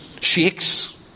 shakes